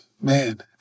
man